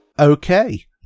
Okay